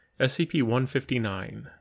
SCP-159